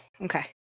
Okay